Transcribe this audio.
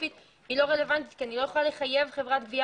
ספציפית לא רלוונטית כי אני לא יכולה לחייב חברת גבייה